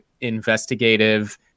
investigative